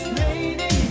lady